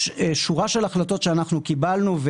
יש שורה של החלטות שאנחנו קיבלנו,